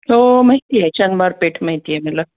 हो माहिती आहे शनिवार पेठ माहिती आहे मला